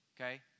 Okay